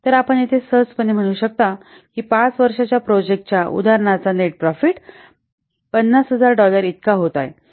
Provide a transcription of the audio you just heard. तर आपण येथे सहजपणे म्हणू शकता की 5 वर्षांच्या प्रोजेक्ट च्या या उदाहरणाचा नेट प्रॉफिट 50000 डॉलर इतका होत आहे